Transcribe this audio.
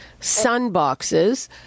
sunboxes